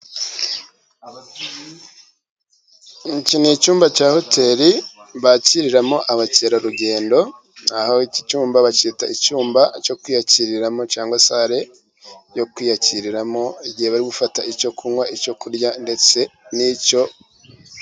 Iyi nzu n'icyumba cya hoteri bakiriramo abakerarugendo, aha iki cyumba bacyita icyumba cyo kwiyakiriramo cyangwa sale yo kwiyakiriramo, igihe bari gufata icyo kunywa icyo kurya ndetse n'icyo....